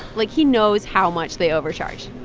like, he knows how much they overcharge.